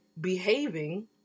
behaving